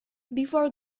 before